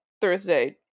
Thursday